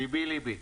ליבי ליבי.